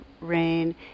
rain